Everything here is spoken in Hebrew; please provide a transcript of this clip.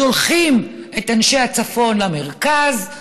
שולחים את אנשי הצפון למרכז,